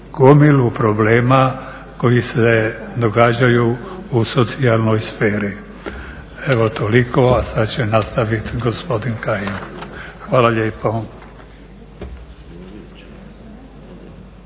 gomilu problema koji se događaju u socijalnoj sferi. Evo, toliko, a sad će nastaviti gospodin Kajin. Hvala lijepo.